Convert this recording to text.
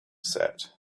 set